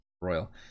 royal